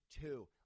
two